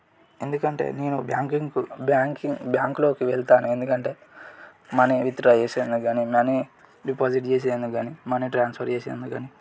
ఎందుకంటే నేను బ్యాంకింగ్కు బ్యాంకిం బ్యాంక్లోకి వెళ్తాను ఎందుకంటే మనీ విత్డ్రా చేసేందుకు కానీ మనీ డిపాజిట్ చేసేందుకు కానీ మనీ ట్రాన్స్ఫర్ చేసేందుకు కానీ